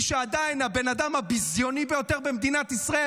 שעדיין הבן אדם הביזיוני ביותר במדינת ישראל,